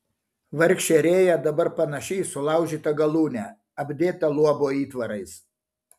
vargšė rėja dabar panaši į sulaužytą galūnę apdėtą luobo įtvarais